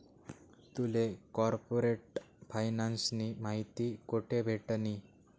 तुले कार्पोरेट फायनान्सनी माहिती कोठे भेटनी?